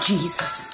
Jesus